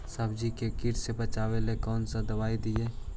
सब्जियों को किट से बचाबेला कौन सा दबाई दीए?